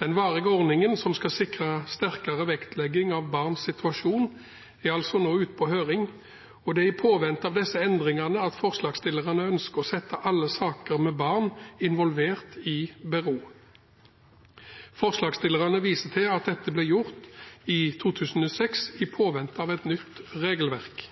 Den varige ordningen, som skal sikre sterkere vektlegging av barns situasjon, er nå ute på høring, og det er i påvente av disse endringene at forslagsstillerne ønsker å sette alle saker med barn involvert i bero. Forslagsstillerne viser til at dette ble gjort i 2006 i påvente av et nytt regelverk.